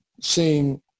seeing